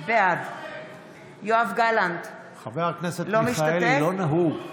בעד יואב גלנט, אינו משתתף